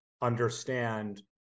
understand